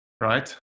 right